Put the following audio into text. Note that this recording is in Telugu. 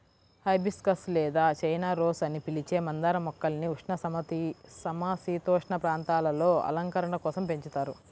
హైబిస్కస్ లేదా చైనా రోస్ అని పిలిచే మందార మొక్కల్ని ఉష్ణ, సమసీతోష్ణ ప్రాంతాలలో అలంకరణ కోసం పెంచుతారు